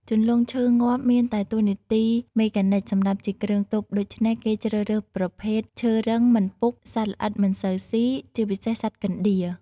ជន្លង់ឈើងាប់មានតែតួនាទីមេកានិកសម្រាប់ជាគ្រឿងទប់ដូច្នេះគេជ្រើសរើស ប្រភេទឈើរឹង មិនពុក សត្វល្អិតមិនសូវស៊ី ជាពិសេសសត្វកណ្តៀរ។